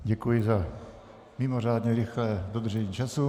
Děkuji za mimořádně rychlé dodržení času.